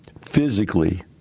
physically